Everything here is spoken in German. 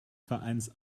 vereins